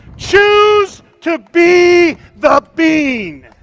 choose to be the bean.